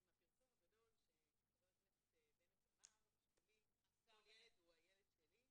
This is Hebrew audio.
הפרסום הגדול שהשר בנט אמר שכל ילד הוא הילד שלו.